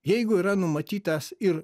jeigu yra numatytas ir